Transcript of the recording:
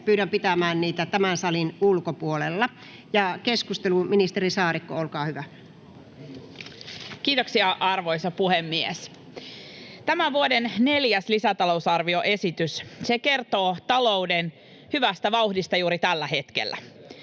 pyydän pitämään niitä tämän salin ulkopuolella. — Keskustelu, ministeri Saarikko, olkaa hyvä. Kiitoksia, arvoisa puhemies! Tämän vuoden neljäs lisätalousarvioesitys kertoo talouden hyvästä vauhdista juuri tällä hetkellä.